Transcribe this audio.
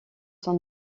son